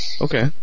Okay